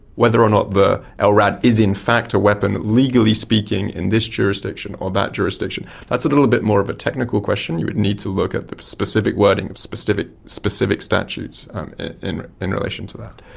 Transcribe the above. whether or not the ah lrad is in fact a weapon legally speaking in this jurisdiction or that jurisdiction, that's a little bit more of a technical question. you would need to look at the specific wording of specific specific statutes and in in relation to that.